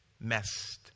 messed